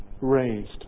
raised